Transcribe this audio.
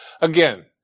again